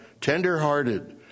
tender-hearted